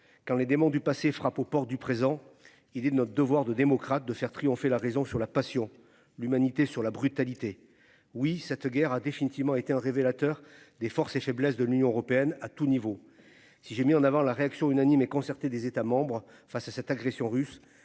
Quand les démons du passé frappent aux portes du présent. Il est de notre devoir de démocrates de faire triompher la raison sur la passion l'humanité sur la brutalité. Oui, cette guerre a définitivement été un révélateur des forces et faiblesses de l'Union européenne à tout niveau. Si j'ai mis en avant la réaction unanime et concertée des États membres. Face à cette agression russe.